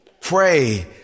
pray